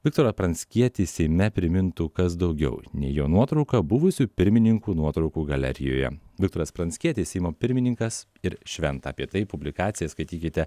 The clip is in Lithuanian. viktorą pranckietį seime primintų kas daugiau nei jo nuotrauka buvusių pirmininkų nuotraukų galerijoje viktoras pranckietis seimo pirmininkas ir šventa apie tai publikaciją skaitykite